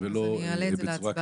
ולא בצורה כזאת.